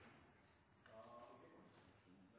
da har